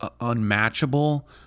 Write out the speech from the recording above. unmatchable